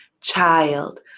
child